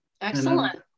Excellent